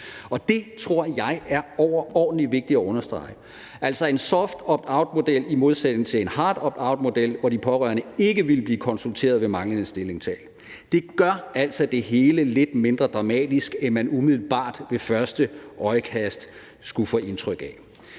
Det tror jeg er overordentlig vigtigt at understrege. En soft optoutmodel i modsætning til en hard optoutmodel, hvor de pårørende ikke ville blive konsulteret ved manglende stillingtagen, gør altså det hele lidt mindre dramatisk, end man umiddelbart ved første øjekast skulle få indtryk af.